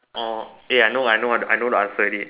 or eh I know I know I know the answer already